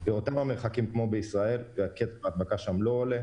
באותם המרחקים כמו בישראל והיקף ההדבקה שם לא עולה,